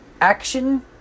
action